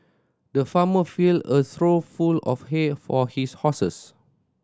the farmer filled a trough full of hay for his horses